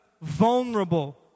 Vulnerable